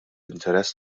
interess